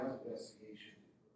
investigation